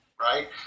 right